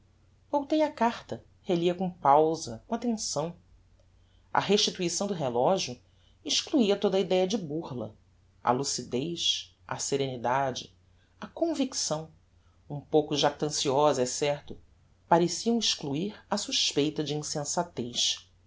voltei á carta reli a com pausa com attenção a restituição do relogio excluia toda a idéa de burla a lucidez a serenidade a convicção um pouco jactanciosa é certo pareciam excluir a suspeita de insensatez